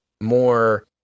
more